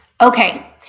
Okay